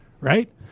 right